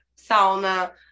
sauna